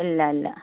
ഇല്ല ഇല്ല